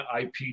IP